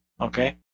Okay